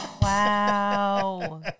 Wow